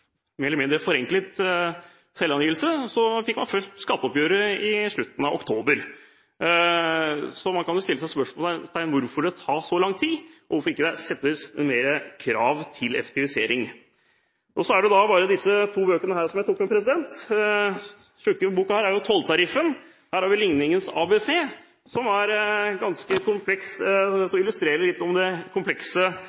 eller mindre forenklet selvangivelse – fikk skatteoppgjøret først i slutten av oktober. Man kan jo sette spørsmålstegn ved hvorfor det tar så lang tid, og hvorfor det ikke stilles større krav til effektivisering. Så til disse to bøkene jeg tok med: Denne tykke boken her er Tolltariffen, og her har vi Lignings-ABC, som er ganske kompleks,